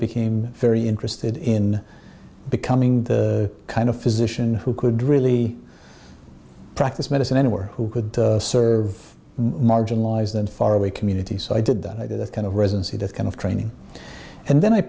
became very interested in becoming the kind of physician who could really practice medicine anywhere who could serve marginalized and far away community so i did that i did that kind of residency that kind of training and then i